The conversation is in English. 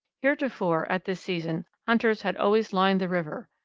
heretofore, at this season, hunters had always lined the river.